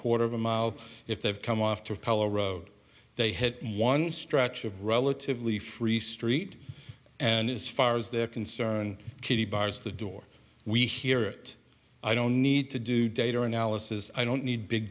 quarter of a mile if they've come off to repel road they hit one stretch of relatively free street and as far as they're concerned kitty bars the door we hear it i don't need to do data analysis i don't need big